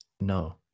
No